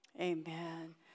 Amen